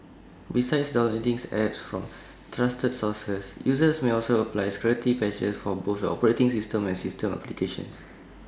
besides downloading apps from trusted sources users may also apply security patches for both the operating system and system applications